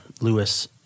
Lewis